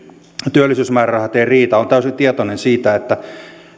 työllisyysmäärärahat eivät riitä olen täysin tietoinen siitä että